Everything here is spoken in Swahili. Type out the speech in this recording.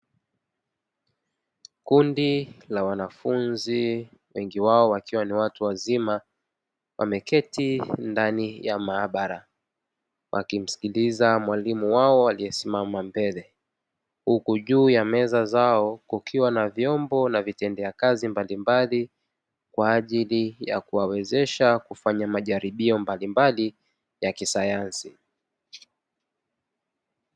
Kundi la wanafunzi wengi wao wakiwa ni watu wazima wameketi ndani ya maabara wakimsikiliza mwalimu wao aliyesimama mbele. Huku juu ya meza zao kukiwa na vyombo na vitendea kazi mbalimbali kwa ajili ya kuwawezesha kufanya majaribio mbalimbali ya kisayansi.